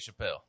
Chappelle